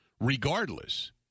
regardless